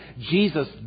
Jesus